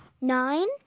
Nine